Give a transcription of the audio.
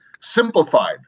Simplified